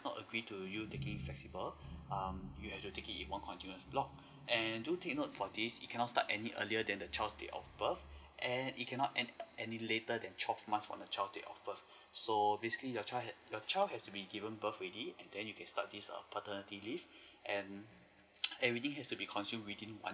not agree to you taking flexible um you have to take it in one continuous block and do take note for this you cannot any earlier than the child's date of birth and you cannot end any later than the twelve months from the child's date of birth so basically your child has your child has to be given birth already and then you can start this err paternity leave and everything has to be consumed within one